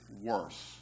worse